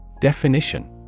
Definition